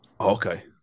Okay